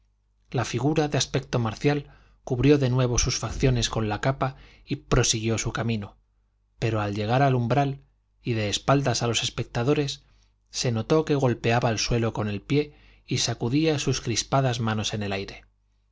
la figura de aspecto marcial cubrió de nuevo sus facciones con la capa y prosiguió su camino pero al llegar al umbral y de espaldas a los espectadores se notó que golpeaba el suelo con el pie y sacudía sus crispadas manos en el aire